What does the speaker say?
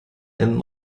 and